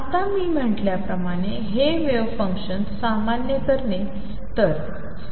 आता मी म्हटल्याप्रमाणे हे वेव्ह फंक्शन्स सामान्य करणे